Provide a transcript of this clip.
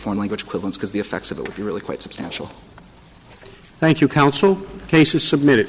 foreign language equipment because the effects of it would be really quite substantial thank you counsel cases submitted